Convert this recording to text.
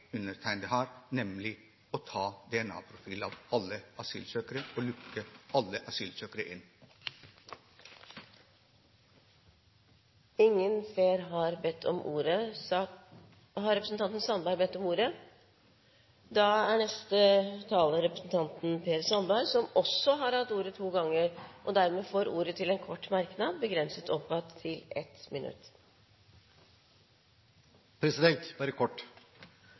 undertegnede har, nemlig: å ta DNA-profiler av alle asylsøkere og lukke alle asylsøkere inne. Per Sandberg har hatt ordet to ganger og får ordet til en kort merknad, begrenset til 1 minutt. Bare kort.